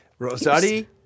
Rosati